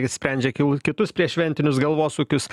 sprendžia kilu kitus prieššventinius galvosūkius